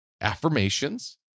Affirmations